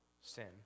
sin